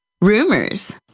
rumors